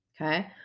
Okay